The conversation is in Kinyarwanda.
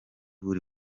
buri